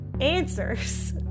answers